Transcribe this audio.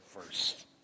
first